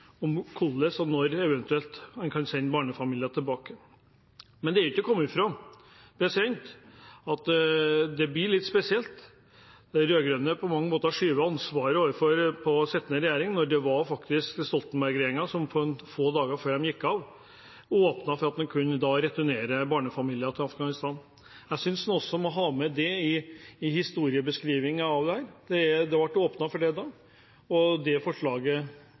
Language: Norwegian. hvordan og eventuelt når man kan sende barnefamilier tilbake. Men det er ikke til å komme fra at det blir litt spesielt når de rød-grønne på mange måter skyver ansvaret over på den sittende regjeringen, når det faktisk var Stoltenberg-regjeringen som – få dager før den gikk av – åpnet for at man kunne returnere barnefamilier til Afghanistan. Jeg synes man også må ha med det i historiebeskrivelsen av dette. Det ble åpnet for det da, og den åpningen er der ennå. Jeg skjønner SVs utålmodighet, men det